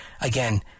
again